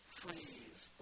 freeze